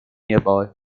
nearby